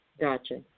Gotcha